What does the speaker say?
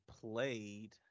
played